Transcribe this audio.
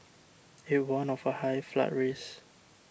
it warned of a high flood risk